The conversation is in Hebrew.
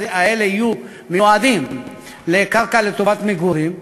האלה יהיו מיועדים לקרקע לטובת מגורים,